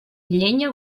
llenya